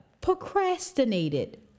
Procrastinated